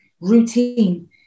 routine